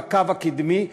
בקו הקדמי,